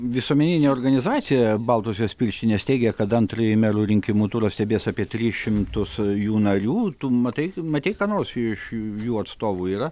visuomeninė organizacija baltosios pirštinės teigia kad antrąjį merų rinkimų turą stebės apie tris šimtus jų narių tu matai matei ką nors iš jų atstovų yra